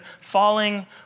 falling